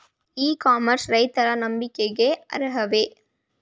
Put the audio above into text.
E commerce ರೈತರ ನಂಬಿಕೆಗೆ ಅರ್ಹವೇ?